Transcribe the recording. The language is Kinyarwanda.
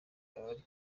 ari